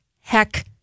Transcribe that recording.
heck